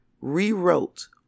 rewrote